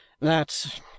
That's